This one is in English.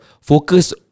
Focus